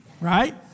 Right